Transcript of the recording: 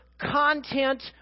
content